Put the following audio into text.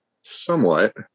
somewhat